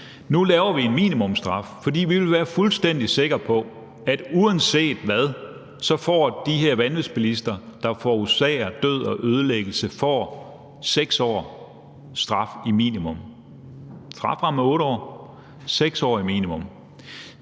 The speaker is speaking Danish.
Nu laver vi en minimumsstraf, for vi vil være fuldstændig sikre på, at uanset hvad, så får de her vanvidsbilister, der forårsager død og ødelæggelse, en straf på minimum 6 års fængsel